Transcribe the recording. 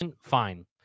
fine